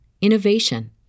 innovation